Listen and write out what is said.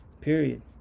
period